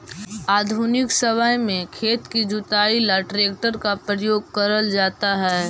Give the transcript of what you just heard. आधुनिक समय में खेत की जुताई ला ट्रैक्टर का प्रयोग करल जाता है